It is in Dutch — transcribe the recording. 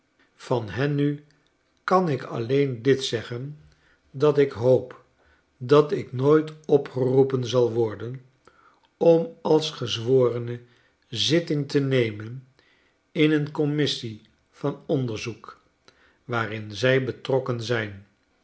van hen nu kan ik alleen dit zeggen dat ik hoop dat ik nooit opgeroepen zal worden om als gezworene zitting te nemen in een commissie van onderzbek waarin zij betrokken zijn